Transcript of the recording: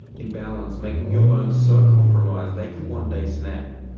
imbalance making your bones so compromised they could one day snap.